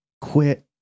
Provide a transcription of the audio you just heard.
quit